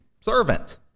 servant